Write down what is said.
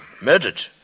Murdered